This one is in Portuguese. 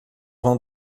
vão